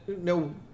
no